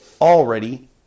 already